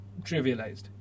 trivialized